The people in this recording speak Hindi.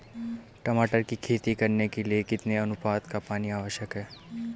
टमाटर की खेती करने के लिए कितने अनुपात का पानी आवश्यक है?